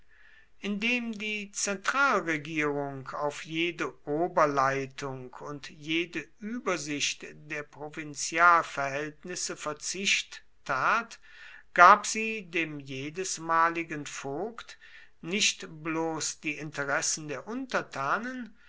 indem die zentralregierung auf jede oberleitung und jede übersicht der provinzialverhältnisse verzicht tat gab sie dem jedesmaligen vogt nicht bloß die interessen der untertanen